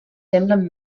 semblen